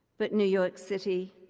but new york city,